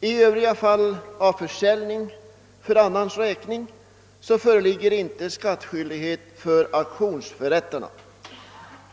I övriga fall av försäljning för annans räkning föreligger inte skattskyldighet för auktionsförrättaren.